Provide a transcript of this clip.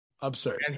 Absurd